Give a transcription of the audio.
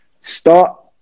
start